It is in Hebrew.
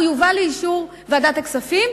הוא יובא לאישור ועדת הכספים,